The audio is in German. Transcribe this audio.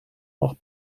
noch